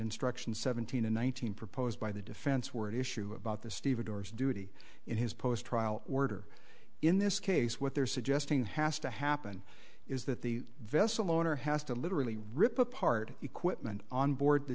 instruction seventeen in one thousand proposed by the defense were at issue about the stevedores duty in his post trial order in this case what they're suggesting has to happen is that the vessel owner has to literally rip apart equipment on board the